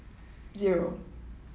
zero